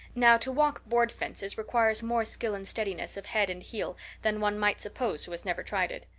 now, to walk board fences requires more skill and steadiness of head and heel than one might suppose who has never tried it.